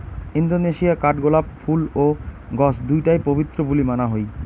Indonesia কাঠগোলাপ ফুল ও গছ দুইটায় পবিত্র বুলি মানা হই